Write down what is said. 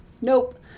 Nope